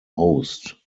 host